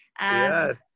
Yes